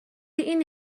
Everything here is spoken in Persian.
این